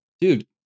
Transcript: dude